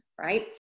right